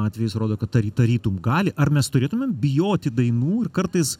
atvejis rodo kad tari tarytum gali ar mes turėtumėm bijoti dainų ir kartais